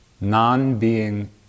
non-being